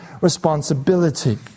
responsibility